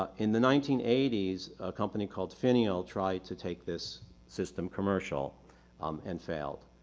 ah in the nineteen eighty s, a company called finial tried to take this system commercial um and failed.